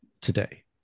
today